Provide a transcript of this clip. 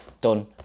done